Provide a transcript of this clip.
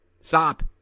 Stop